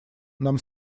нам